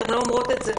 אתן לא אומרות את זה.